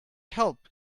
help